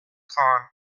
kahn